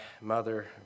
mother